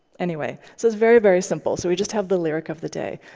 anyway, so it's very, very simple. so we just have the lyric of the day